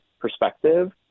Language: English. perspective